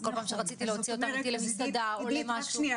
אז כל פעם שרציתי להוציא אותם למסעדה או למשהו- -- אשמח